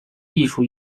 艺术